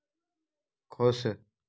खुश